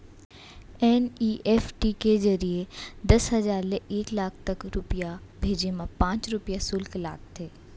NEFT के जरिए दस हजार ले एक लाख तक रूपिया भेजे मा पॉंच रूपिया सुल्क लागथे